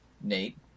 Nate